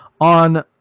on